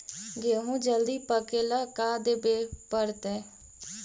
गेहूं जल्दी पके ल का देबे पड़तै?